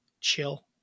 chill